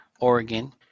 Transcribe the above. Oregon